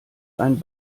ein